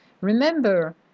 Remember